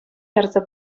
ярса